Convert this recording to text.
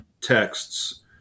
texts